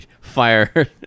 Fire